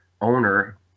owner